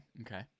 okay